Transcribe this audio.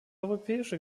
europäische